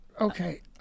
okay